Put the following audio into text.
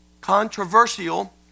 controversial